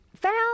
found